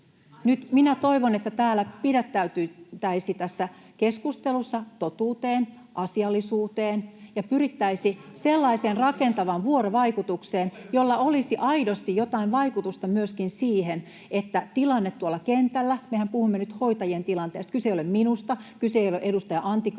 minä toivon, että täällä pidättäydyttäisiin tässä keskustelussa totuudessa ja asiallisuudessa ja pyrittäisiin sellaiseen rakentavaan vuorovaikutukseen, jolla olisi aidosti jotain vaikutusta myöskin siihen, että tilanne tuolla kentällä... Mehän puhumme nyt hoitajien tilanteesta, kyse ei ole minusta, kyse ei ole edustaja Antikaisesta,